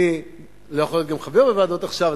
אני לא יכול להיות גם חבר בוועדות עכשיו,